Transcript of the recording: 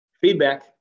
Feedback